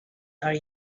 are